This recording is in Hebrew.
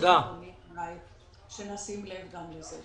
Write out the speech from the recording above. מבקשת שנשים לב גם לזה.